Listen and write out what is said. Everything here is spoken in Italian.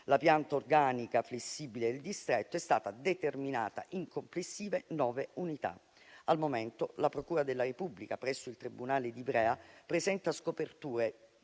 la pianta organica flessibile del distretto è stata determinata in complessive nove unità. Al momento la procura della Repubblica presso il tribunale di Ivrea presenta scoperture